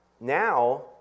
now